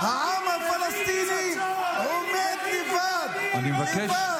העם הפלסטיני עומד לבד, את מי אתה מייצג?